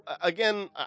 again